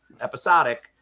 episodic